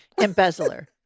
Embezzler